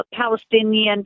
Palestinian